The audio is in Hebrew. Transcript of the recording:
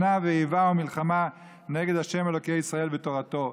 שנאה ואיבה ומלחמה נגד ה' אלוקי ישראל ותורתו.